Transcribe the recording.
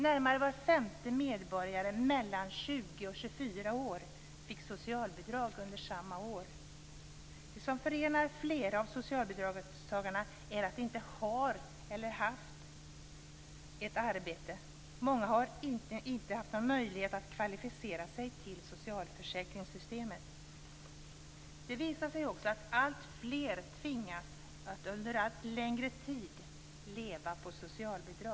Närmare var femte medborgare mellan 20 Det som förenar flera av socialbidragstagarna är att de inte har eller har haft ett arbete. Många har inte haft någon möjlighet att kvalificera sig till socialförsäkringssystemet. Det visar sig också att alltfler tvingas att under allt längre tid leva på socialbidrag.